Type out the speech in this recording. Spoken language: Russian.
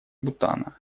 бутана